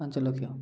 ପାଞ୍ଚ ଲକ୍ଷ